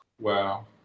Wow